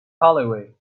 alleyway